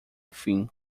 fim